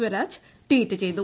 Swaraj tweet ചെയ്തു